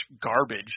garbage